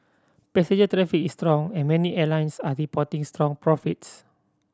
passenger traffic is strong and many airlines are reporting strong profits